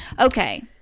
okay